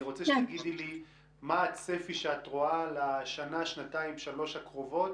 אני מבקש שתגידי מה הצפי שאת רואה לשנה-שנתיים-שלוש הקרובות